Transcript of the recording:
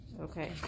Okay